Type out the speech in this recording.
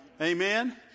Amen